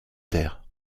terre